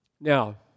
Now